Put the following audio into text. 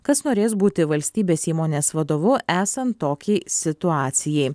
kas norės būti valstybės įmonės vadovu esant tokiai situacijai